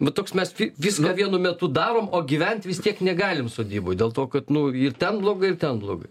vat toks mes vi viską vienu metu darom o gyvent vis tiek negalim sodyboj dėl to kad nu ir ten blogai ir ten blogai